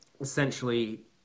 essentially